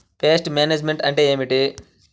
Pest management అంటే ఏమిటి?